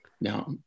now